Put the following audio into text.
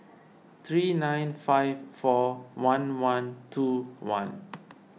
three nine five four one one two one